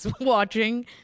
watching